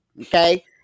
Okay